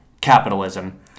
capitalism